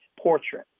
portrait